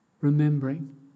remembering